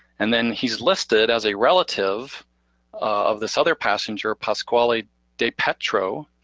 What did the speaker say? and then he's listed as a relative of this other passenger, pasquale depetro,